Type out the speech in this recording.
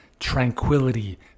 tranquility